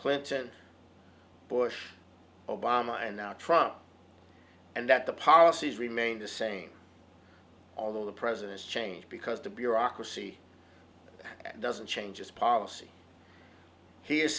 clinton bush obama and now trump and that the policies remain the same although the president's changed because the bureaucracy doesn't change its policy he is